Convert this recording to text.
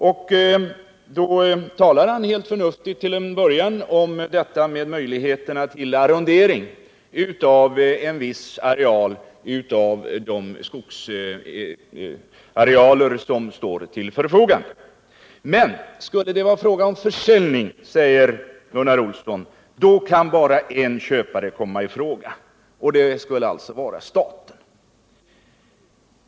Till en början talade han förnuftigt om möjligheterna till arrondering av en viss del av de skogsarealer som står till förfogande. Men skulle det vara fråga om försäljning, säger Gunnar Olsson, kan bara en köpare komma i fråga, och det skulle alltså vara staten.